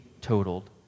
totaled